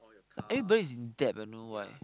everybody is in debt ah I don't know why